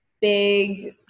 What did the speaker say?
big